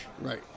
right